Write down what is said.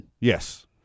Yes